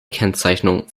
kennzeichnung